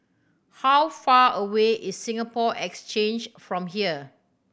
how far away is Singapore Exchange from here